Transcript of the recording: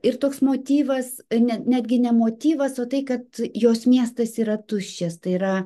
ir toks motyvas ne netgi ne motyvas o tai kad jos miestas yra tuščias tai yra